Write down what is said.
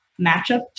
matchups